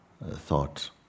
Thought